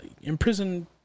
imprisoned